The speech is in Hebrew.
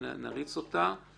אני אומר לכם,